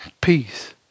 Peace